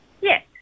Yes